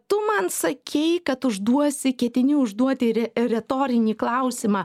tu man sakei kad užduosi ketini užduoti re retorinį klausimą